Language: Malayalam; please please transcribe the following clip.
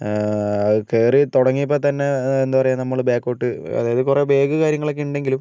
കേയറി തുടങ്ങിയപ്പോൾ തന്നെ എന്താ പറയുക നമ്മൾ ബേക്കോട്ടു അതായത് കുറേ ബാഗ് കാര്യങ്ങളൊക്കെ ഉണ്ടെങ്കിലും